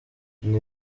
nti